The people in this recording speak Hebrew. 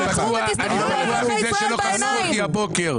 תעצרו ותסתכלו לאזרחי ישראל בעיניים.